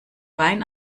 wein